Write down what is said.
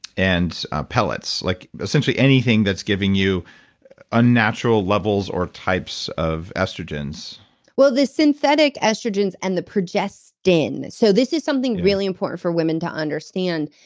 and pellets. like essentially anything that's giving you unnatural levels or types of estrogens well, the synthetic estrogens, and the progestin. so this is something really important for women to understand,